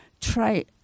try